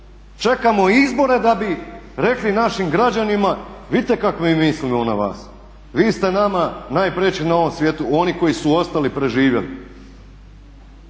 Čekamo izbore da bi rekli našim građanima vidite kak mi mislimo na vas, vi ste nama najpreči na ovom svijetu, oni koji su ostali i preživjeli.